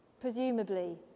Presumably